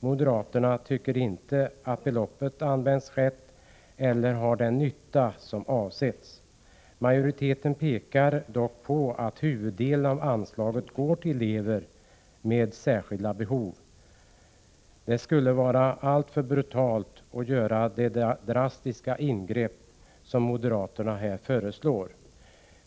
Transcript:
Moderaterna tycker inte att beloppet har använts rätt eller ger den nytta som avsetts. Majoriteten pekar dock på att huvuddelen av anslaget går till elever med särskilda behov. Det skulle vara alltför brutalt att göra de drastiska ingrepp som moderaterna föreslår.